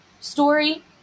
story